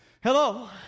Hello